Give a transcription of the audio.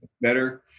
better